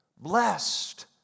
blessed